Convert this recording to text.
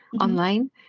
online